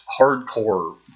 hardcore